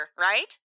right